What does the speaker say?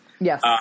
Yes